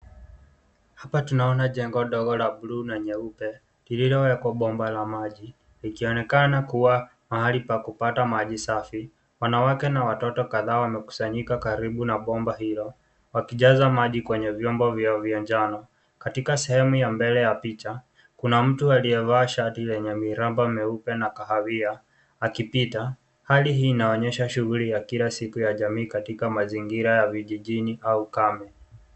Hapa tunaone jengo ogo la buluu na nyeupe lililowekwa bomba la maji likionekana kuwa mahali pa kupata maji safi. Wanawake na watoto kadhaa wamekusanyika karibu na bomba hilo wakijaza maji kwenye vyombo vyao vya njano. Katika sehemu ya mbele ya picha, kuna mtu aliyevaa shati lenye miraba meupe na kahawia akipita. Hali hii inaonyesha shughuli ya kila siku ya jamii katika mazingira ya vijijini au ukame.